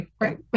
right